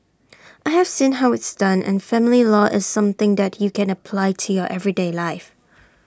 I have seen how it's done and family law is something that you can apply to your everyday life